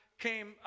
came